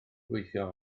gweithio